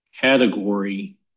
category